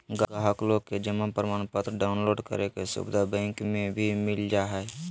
गाहक लोग के जमा प्रमाणपत्र डाउनलोड करे के सुविधा बैंक मे भी मिल जा हय